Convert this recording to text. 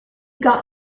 got